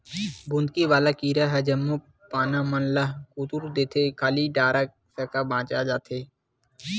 बुंदकी वाला कीरा ह जम्मो पाना मन ल कुतर देथे खाली डारा साखा बचे पाथे